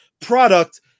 product